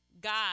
God